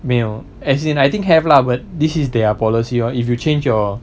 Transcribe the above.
没有 as in I think have lah but this is their policy lor if you change your